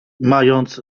mając